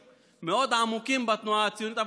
עמוקים בתנועה הציונית.